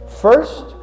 First